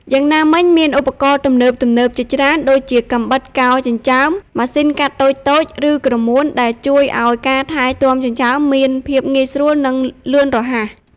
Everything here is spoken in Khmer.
យ៉ាងណាមិញ មានឧបករណ៍ទំនើបៗជាច្រើនដូចជា កាំបិតកោរចិញ្ចើម ម៉ាស៊ីនកាត់តូចៗ ឬក្រមួន ដែលជួយឲ្យការថែទាំចិញ្ចើមមានភាពងាយស្រួល និងលឿនរហ័ស។